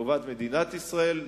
לטובת מדינת ישראל,